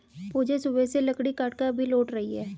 पूजा सुबह से लकड़ी काटकर अभी लौट रही है